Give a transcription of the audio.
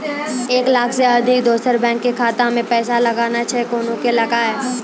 एक लाख से अधिक दोसर बैंक के खाता मे पैसा लगाना छै कोना के लगाए?